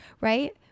Right